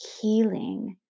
healing